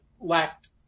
lacked